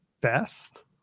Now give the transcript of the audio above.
best